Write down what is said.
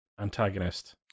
antagonist